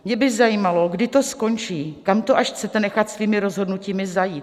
Mě by zajímalo, kdy to skončí, kam to až chcete nechat svými rozhodnutími zajít?